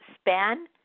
span